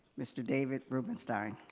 mister david rubenstein.